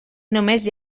només